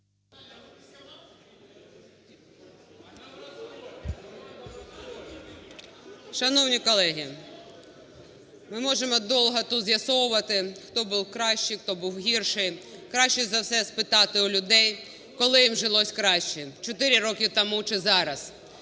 Шановні колеги, ми можемо довго тут з'ясовувати, хто був кращий, хто був гірший, краще за все спитати у людей, коли їм жилось краще – 4 роки тому чи зараз.